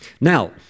Now